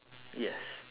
yes